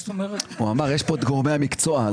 הוא אמר שנמצאים כאן גורמי המקצוע.